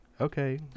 okay